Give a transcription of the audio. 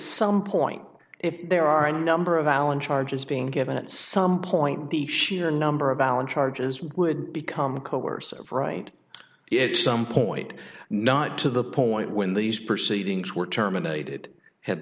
some point if there are a number of allen charges being given at some point the sheer number of allen charges would become coercive right it's some point not to the point when these proceedings were terminated had